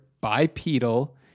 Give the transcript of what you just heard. bipedal